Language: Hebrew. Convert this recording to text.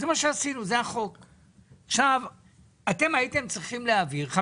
אתה בא ואומר שיש